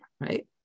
right